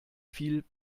viel